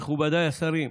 מכובדיי השרים,